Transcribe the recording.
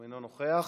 אינו נוכח,